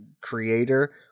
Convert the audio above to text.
creator